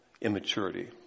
immaturity